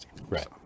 Right